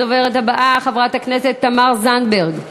הדוברת הבאה, חברת הכנסת תמר זנדברג,